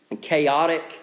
chaotic